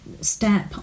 step